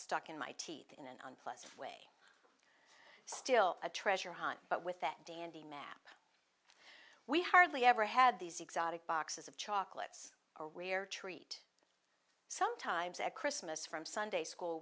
stuck in my teeth in an unpleasant way still a treasure hunt but with that dandy map we hardly ever had these exotic boxes of chocolates or a rare treat sometimes at christmas from sunday school